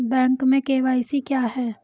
Bank में KYC क्या है?